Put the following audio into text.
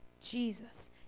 Jesus